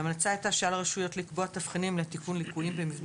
ההמלצה הייתה שעל הרשויות לקבוע תבחינים לתיקון ליקויים במבנים